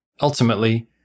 Ultimately